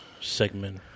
segment